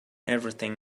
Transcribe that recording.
everything